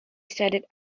studied